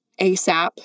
ASAP